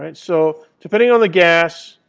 and so depending on the gas,